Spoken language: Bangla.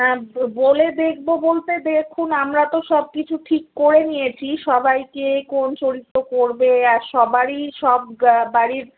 হ্যাঁ বলে দেখবো বলতে দেখুন আমরা তো সবকিছু ঠিক করে নিয়েছি সবাইকে কোন চরিত্র করবে আর সবারই সব বাড়ির